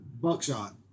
buckshot